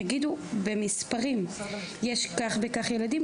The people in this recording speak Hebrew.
תגידו במספרים, יש כך וכך ילדים.